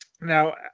now